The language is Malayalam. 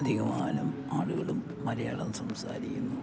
അധികമാനം ആളുകളും മലയാളം സംസാരിക്കുന്നു